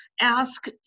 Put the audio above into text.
ask